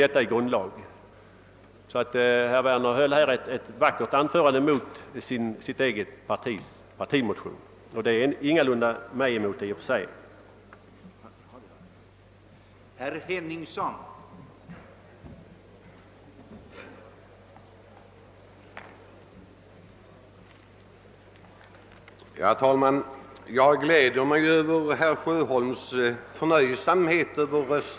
Jag vill alltså påpeka att herr Werner höll ett vackert anförande mot sin egen partimotion, något som jag i och för sig naturligtvis inte har något emot.